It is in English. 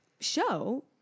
show